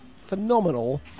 phenomenal